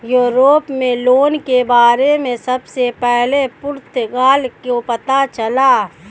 Europe में loan के बारे में सबसे पहले पुर्तगाल को पता चला